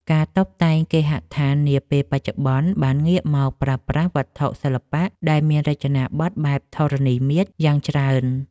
ការតុបតែងគេហដ្ឋាននាពេលបច្ចុប្បន្នបានងាកមកប្រើប្រាស់វត្ថុសិល្បៈដែលមានរចនាប័ទ្មបែបធរណីមាត្រយ៉ាងច្រើន។